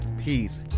Peace